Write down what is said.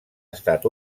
estat